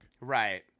Right